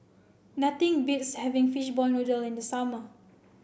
nothing beats having fishball noodle in the summer